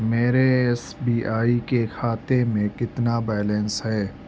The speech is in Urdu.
میرے ایس بی آئی کے کھاتے میں کتنا بیلنس ہے